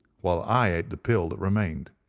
while i ate the pill that remained.